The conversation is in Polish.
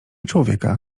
człowieka